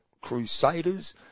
crusaders